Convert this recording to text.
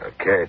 Okay